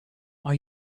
are